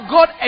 God